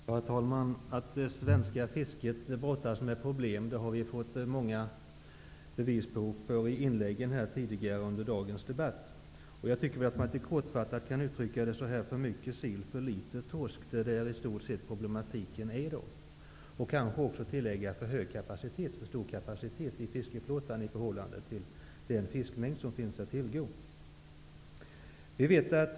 Herr talman! Att det svenska fisket brottas med problem har vi fått många bevis för i inläggen under dagens debatt. Jag tycker att det kortfattat kan uttryckas på följande sätt: För mycket sill, för litet torsk. Det är i stort sett dagens problem. Jag kan också tillägga: för stor kapacitet i fiskeflottan i förhållande till den fiskmängd som finns att tillgå.